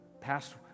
past